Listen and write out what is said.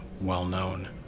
well-known